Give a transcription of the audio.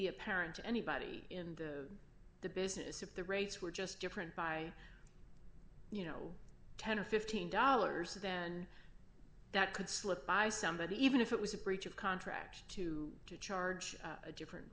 be apparent to anybody in the business if the rates were just different by you know ten or fifteen dollars then that could slip by somebody even if it was a breach of contract to charge a different